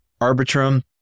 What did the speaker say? Arbitrum